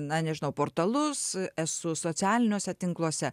na nežinau portalus esu socialiniuose tinkluose